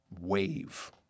wave